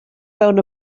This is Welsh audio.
fewn